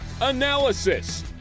analysis